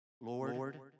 Lord